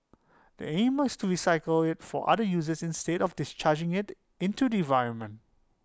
the aim is to recycle IT for other uses instead of discharging IT into the environment